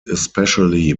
especially